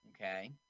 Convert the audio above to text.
Okay